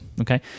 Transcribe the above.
Okay